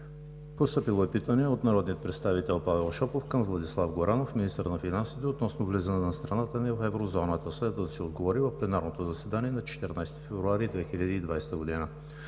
Постъпило е питане от народния представител Павел Шопов към Владислав Горанов – министър на финансите, относно влизане на страната ни в Еврозоната. Следва да се отговори в пленарното заседание на 14 февруари 2020 г.